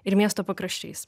ir miesto pakraščiais